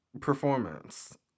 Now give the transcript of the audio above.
performance